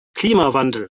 klimawandel